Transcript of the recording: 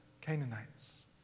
Canaanites